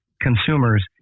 consumers